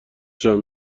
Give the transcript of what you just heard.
جان